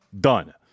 Done